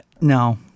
No